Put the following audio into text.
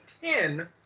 Ten